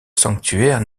sanctuaire